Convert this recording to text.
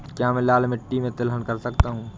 क्या मैं लाल मिट्टी में तिलहन कर सकता हूँ?